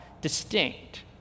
distinct